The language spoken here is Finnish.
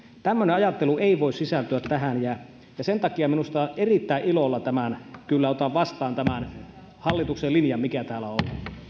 tämmöinen ajattelu ei voi sisältyä tähän sen takia minä erittäin ilolla kyllä otan vastaan tämän hallituksen linjan mikä täällä on